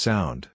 Sound